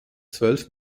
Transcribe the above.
zwölf